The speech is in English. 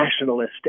nationalist